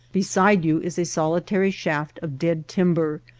be side you is a solitary shaft of dead timber,